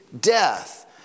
death